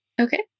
Okay